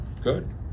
good